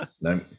No